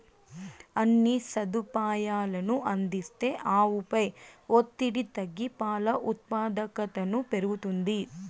అన్ని సదుపాయాలనూ అందిస్తే ఆవుపై ఒత్తిడి తగ్గి పాల ఉత్పాదకతను పెరుగుతుంది